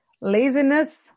Laziness